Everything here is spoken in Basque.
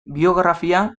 biografia